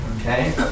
Okay